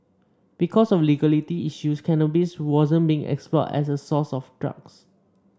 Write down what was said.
because of legality issues cannabis wasn't being explored as a source for drugs